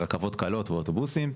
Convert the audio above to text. רכבות קלות ואוטובוסים,